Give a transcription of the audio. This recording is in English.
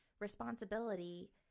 responsibility –